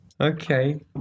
okay